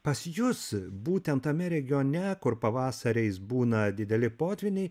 pas jus būtent tame regione kur pavasariais būna dideli potvyniai